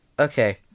okay